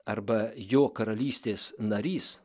arba jo karalystės narys